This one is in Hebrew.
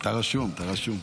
אתה רשום, אתה רשום.